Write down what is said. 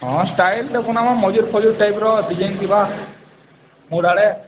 ହଁ ଷ୍ଟାଇଲ୍ଟେ ବନାମା ମଜୁରୀ ଫଜୁରୀ ଟାଇପ୍ର ଡ଼ିଜାଇନ୍ ଥିବା ମୁଣ୍ଡ୍ ଆଡ଼େ